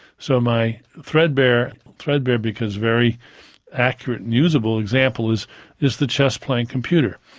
so my threadbare, threadbare because very accurate and usable, example is is the chess-playing computer.